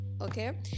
okay